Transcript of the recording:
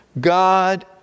God